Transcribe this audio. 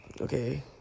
Okay